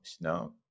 no